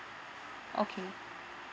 okay